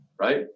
right